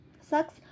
sucks